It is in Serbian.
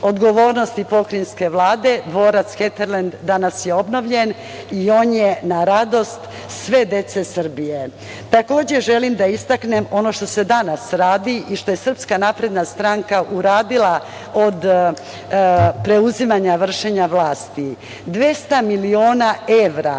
odgovornosti pokrajinske Vlade, dvorac Heterlend danas je obnovljen i on je na radost sve dece Srbije. Takođe, želim da istaknem ono što se danas radi i što je Srpska napredna stranka uradila od preuzimanja vršenja vlasti, 200 miliona evra